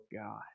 God